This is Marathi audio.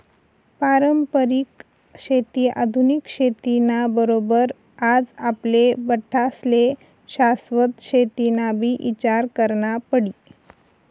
पारंपरिक शेती आधुनिक शेती ना बरोबर आज आपले बठ्ठास्ले शाश्वत शेतीनाबी ईचार करना पडी